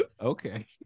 Okay